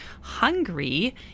hungry